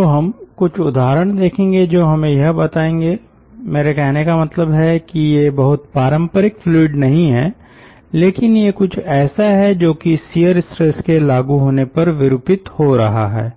तो हम कुछ उदाहरण देखेंगे जो हमें यह बताएंगे मेरे कहने का मतलब है कि ये बहुत पारंपरिक फ्लूइड नहीं हैं लेकिन ये कुछ ऐसा हैं जो की शियर स्ट्रेस के लागु होने पर विरूपित हो रहा है